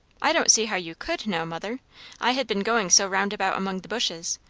i don't see how you could know, mother i had been going so roundabout among the bushes.